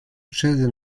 succede